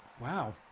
Wow